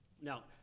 Now